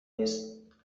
نیست